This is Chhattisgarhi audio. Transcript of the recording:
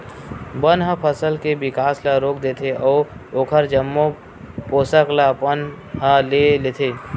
बन ह फसल के बिकास ल रोक देथे अउ ओखर जम्मो पोसक ल अपन ह ले लेथे